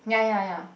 ya ya ya